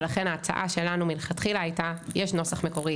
ולכן ההצעה שלנו מלכתחילה הייתה שיש נוסח מקורי